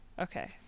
Okay